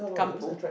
kampung